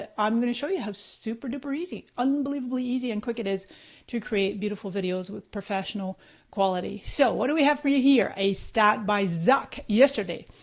ah i'm gonna show you how super, duper easy, unbelievably easy and quick it is to create beautiful videos with professional quality. so what do we have for you here? a stat by zuck yesterday.